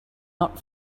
not